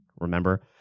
Remember